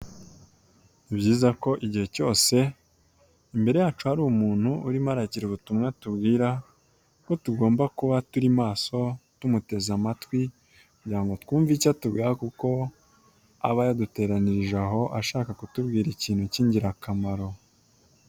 Ni byiza ko igihe cyose imbere yacu hari umuntu urimo arakira ubutumwa atubwira ko tugomba kuba turi maso tumuteze amatwi kugira ngo twumve icyo atubwira kuko aba yaduteranirije aho ashaka kutubwira ikintu cy'ingirakamaro.